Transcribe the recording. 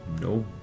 no